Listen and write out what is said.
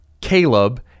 Caleb